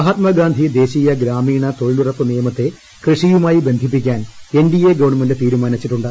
മഹാത്മാഗ്രാൻഡി ദേശീയ ഗ്രാമീണ തൊഴിലുറപ്പ് നിയമത്തെ കൃഷിയൂമായി ബന്ധിപ്പിക്കാൻ എൻ ഡി എ ഗവൺമെന്റ് തീരുമാനിച്ചിട്ടുണ്ട്